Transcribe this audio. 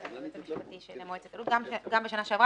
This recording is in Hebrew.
היועץ המשפטי של מועצת הלול גם בשנת 2017